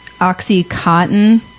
oxycontin